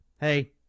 Hey